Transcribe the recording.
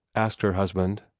asked her husband.